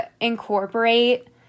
incorporate